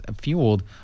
fueled